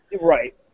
Right